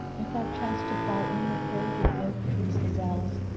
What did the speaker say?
if thou chance to fall in with her who worked these gazelles,